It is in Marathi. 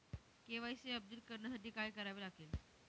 के.वाय.सी अपडेट करण्यासाठी काय करावे लागेल?